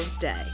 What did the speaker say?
day